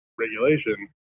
regulation